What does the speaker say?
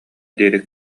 диэри